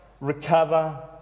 recover